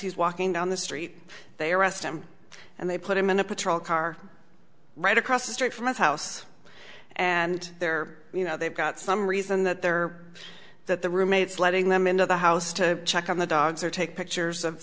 he's walking down the street they arrest him and they put him in a patrol car right across the street from a house and they're you know they've got some reason that they're that the roommates letting them into the house to check on the dogs or take pictures of